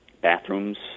bathrooms